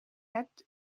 hebt